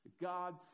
God